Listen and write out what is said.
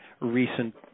recent